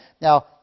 Now